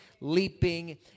leaping